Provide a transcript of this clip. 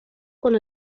con